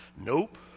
Nope